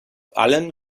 allen